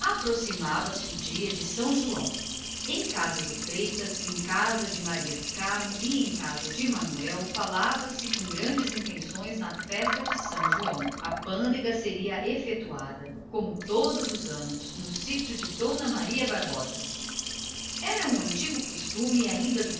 aproximava-se o dia de são joão em casa do freitas em casa de maria do carmo como em casa do manuel falava se da festa a pagodeira seria como todos os anos no sítio de maria bárbara era um antigo costume ainda do